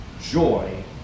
joy